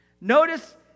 Notice